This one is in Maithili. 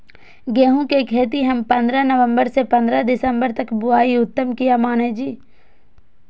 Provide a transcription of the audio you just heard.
गेहूं के खेती हम पंद्रह नवम्बर से पंद्रह दिसम्बर तक बुआई उत्तम किया माने जी?